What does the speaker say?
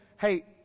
hey